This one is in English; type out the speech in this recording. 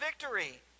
victory